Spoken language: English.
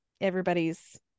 Everybody's